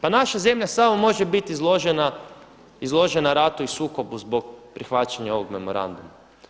Pa naša zemlja samo može biti izložena ratu i sukobu zbog prihvaćanja ovog memoranduma.